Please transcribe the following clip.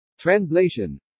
Translation